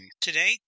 Today